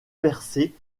percés